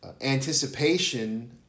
anticipation